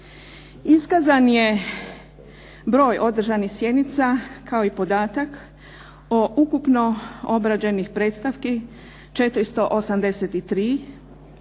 Iskazan je broj održanih sjednica kao i podatak o ukupno obrađenih predstavki 483,